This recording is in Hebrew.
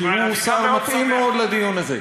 כי הוא שר מתאים מאוד לדיון הזה.